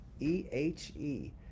EHE